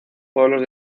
pueblos